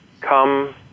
come